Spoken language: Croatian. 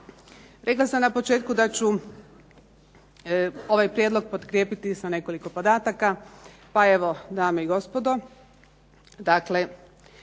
Rekla sam na početku da ću ovaj prijedlog potkrijepiti sa nekoliko podataka, pa evo dame i gospodo, dakle